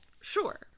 Sure